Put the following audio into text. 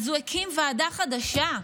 אז הוא הקים ועדה חדשה.